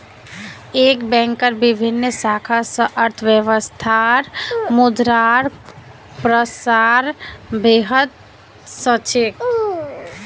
एक बैंकेर विभिन्न शाखा स अर्थव्यवस्थात मुद्रार प्रसार बेहतर ह छेक